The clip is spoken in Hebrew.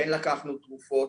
כן לקחנו תרופות,